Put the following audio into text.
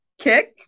kick